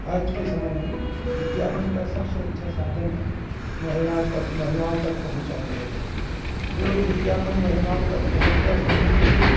आज के समय मे विज्ञापन का सब से अच्छा साधन है महिला तब महिलाओं तक पहुंचा दिया जाए जो विज्ञापन महिलाओं तक पहुच गया समझ लीजिए वो